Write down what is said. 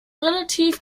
relativ